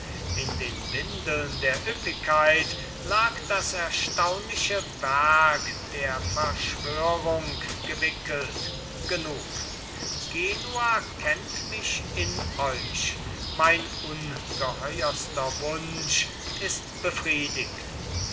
in den windeln der üppigkeit lag das erstaunliche werk der verschwörung gewickelt genug genua kennt mich in euch mein ungeheuerster wunsch ist befriedigt